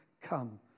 Come